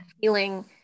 feeling